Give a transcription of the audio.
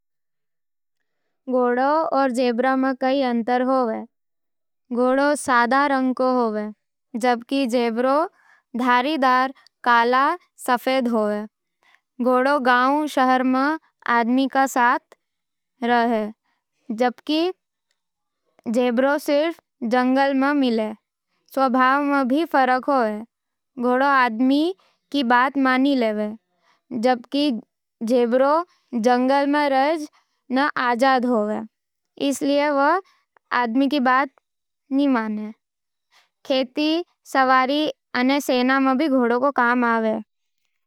घोड़ा और जेबरा में कई अंतर होवे। घोड़ा सादा रंग को होवे, जबकि जेबरा धारीदार काला-सफेद होवे। घोड़ा गाँव-शहर में आदमी के साथ रहवे, पर जेबरा सिर्फ जंगल मं मिले। स्वभाव मं भी फरक होवे, घोड़ा आदमी ने मान लेवे, पर जेबरा जंगली अने आजाद होवे। खेती, सवारी अने सेना मं घोड़ा काम आवे।